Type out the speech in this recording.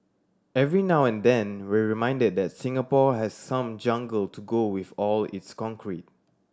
every now and then we're reminded that Singapore has some jungle to go with all its concrete